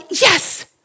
yes